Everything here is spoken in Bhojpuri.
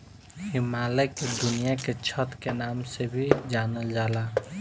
हिमालय के दुनिया के छत के नाम से भी जानल जाला